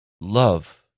love